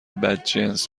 بدجنس